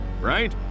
right